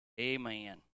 Amen